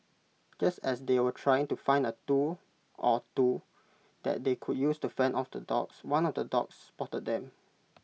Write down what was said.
just as they were trying to find A tool or two that they could use to fend off the dogs one of the dogs spotted them